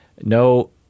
No